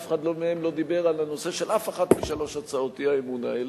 ואף אחד מהם לא דיבר על הנושא של אף אחת משלוש הצעות האי-אמון האלה,